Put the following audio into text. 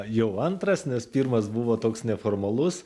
jau antras nes pirmas buvo toks neformalus